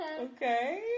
Okay